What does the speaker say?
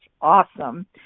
awesome